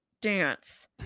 dance